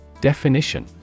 Definition